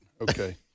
Okay